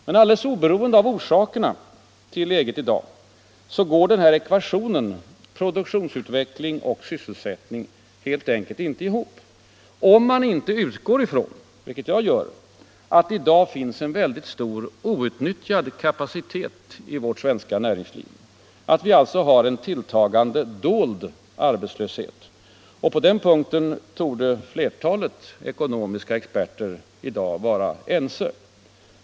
Men alldeles oberoende av orsakerna till läget i dag går den här ekvationen med produktionsutveckling och sysselsättning helt enkelt inte ihop — om man inte utgår ifrån, vilket jag gör, att det i dag finns en stor outnyttjad kapacitet inom vårt svenska näringsliv, att vi alltså har en tilltagande dold arbetslöshet. På den punkten torde flertalet ekonomiska experter i dag vara ense.